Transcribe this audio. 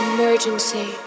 Emergency